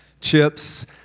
chips